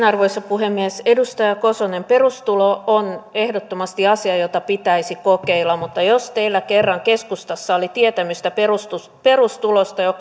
arvoisa puhemies edustaja kosonen perustulo on ehdottomasti asia jota pitäisi kokeilla mutta jos teillä kerran keskustassa oli tietämystä perustulosta perustulosta jo